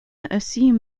assume